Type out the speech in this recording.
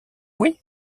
oui